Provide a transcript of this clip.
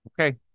Okay